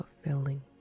fulfilling